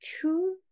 two